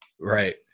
Right